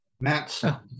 Matt